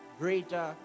greater